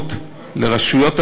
אפשרות לרשויות הביטחון,